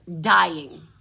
dying